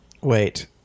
Wait